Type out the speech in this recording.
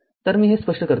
तर मी हे स्पष्ट करतो